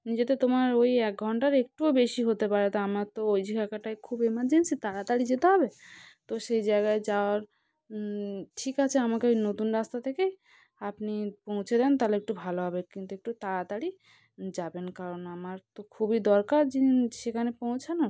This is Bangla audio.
নিয়ে যেতে তোমার ওই এক ঘণ্টার একটুও বেশি হতে পারে তা আমার তো ওই জায়গাটায় খুব ইমারজেন্সি তাড়াতাড়ি যেতে হবে তো সেই জায়গায় যাওয়ার ঠিক আছে আমাকে ওই নতুন রাস্তা থেকেই আপনি পৌঁছে দিন তাহলে একটু ভালো হবে কিন্তু একটু তাড়াতাড়ি যাবেন কারণ আমার তো খুবই দরকার সেখানে পৌঁছানোর